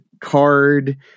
Card